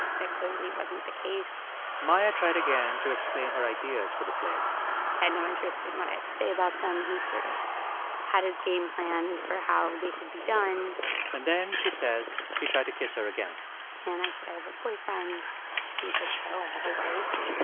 that clearly wasn't the case maia tried again to explain her ideas for the plays he had no interest in what i had to say about them. he sort of had his game plan for how they should be done and then, she says, he tried to kiss her again and i said, i have a boyfriend. and he said, so? i have a wife.